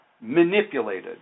manipulated